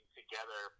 together